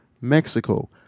Mexico